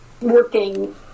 working